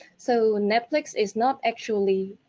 so netflix is not actually